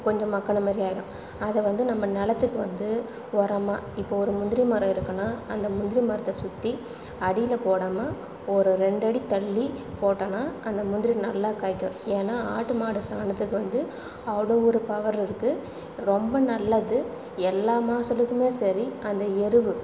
கொஞ்சம் மக்கின மாதிரி ஆய்டும் அதை வந்து நம்ம நிலத்துக்கு வந்து ஒரமாக இப்போ ஒரு முந்திரி மரம் இருக்குதுன்னா அந்த முந்திரி மரத்தை சுற்றி அடியில் போடாமல் ஒரு ரெண்டடி தள்ளி போட்டோன்னால் அந்த முந்திரி நல்லா காய்க்கும் ஏன்னால் ஆட்டு மாடு சாணத்துக்கு வந்து அவ்வளோ ஒரு பவர் இருக்குது ரொம்ப நல்லது எல்லா மகசூலுக்குமே சரி அந்த எரு